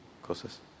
cosas